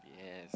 yes